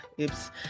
Oops